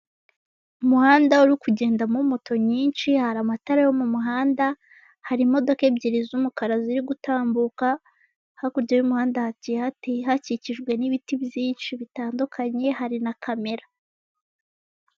Umuhanda uri kugendamo moto nyinshi, hari amatara yo mu muhanda, hari imodoka ebyiri z'umukara ziri gutambuka. Hakurya y'umuhanda hagiye hakikijwe n'ibiti byinshi bitandukanye, hari na kamera.